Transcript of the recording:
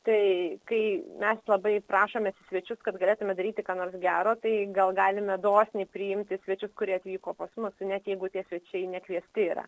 tai kai mes labai prašome svečių kad galėtumėme daryti ką nors gero tai gal galime dosniai priimti svečius kurie atvyko pas mus net jeigu tie svečiai nekviesti yra